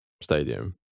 stadium